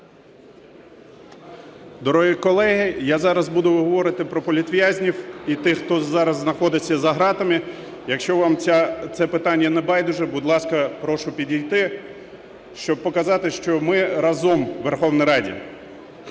Дорогі колеги, я зараз буду говорити про політв'язнів і тих, хто зараз знаходиться за ґратами. Якщо вам це питання не байдуже, будь ласка, прошу підійти, щоб показати, що ми разом у Верховній Раді.